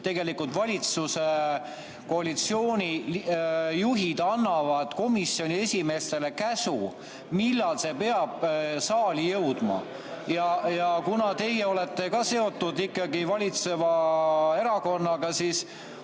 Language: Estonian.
tegelikult valitsuskoalitsiooni juhid annavad komisjoni esimeestele käsu, millal [mingi eelnõu] peab saali jõudma. Kuna teie olete ka seotud ikkagi valitseva erakonnaga, siis